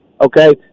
Okay